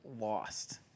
lost